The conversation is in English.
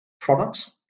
products